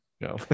No